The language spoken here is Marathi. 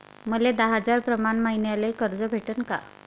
मले दहा हजार प्रमाण मईन्याले कर्ज भेटन का?